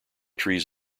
trees